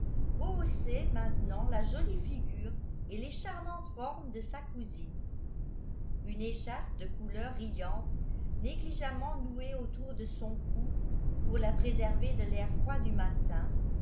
rehaussaient maintenant la jolie figure et les charmantes formes de sa cousine une écharpe de couleur riante négligeamment nouée autour de son cou pour la préserver de l'air froid du matin